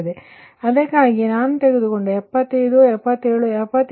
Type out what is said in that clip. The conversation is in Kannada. ಆದ್ದರಿಂದ ಅದಕ್ಕಾಗಿಯೇ ನಾನು ತೆಗೆದುಕೊಂಡ 75 77 78